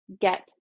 get